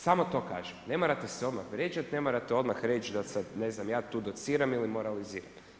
Samo to kažem, ne morate se odmah vrijeđat, ne morate odmah reć da sad ja tu dociram ili moraliziram.